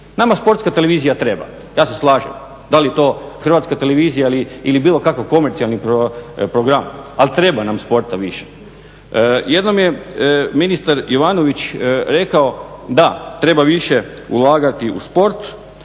Nama sportska televizija treba, ja se slažem. Da li je to Hrvatska televizija ili bilo kakav komercijalni program, ali treba nam sporta više. Jednom je ministar Jovanović rekao da, treba više ulagati u sport